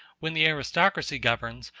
when the aristocracy governs,